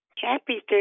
Happy